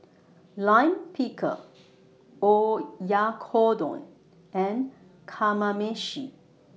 Lime Pickle Oyakodon and Kamameshi